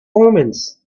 omens